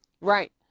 Right